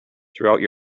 throughout